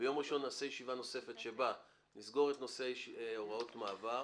ביום ראשון נעשה ישיבה נוספת שבה נסגור את נושא הוראות מעבר.